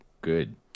good